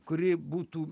kuri būtų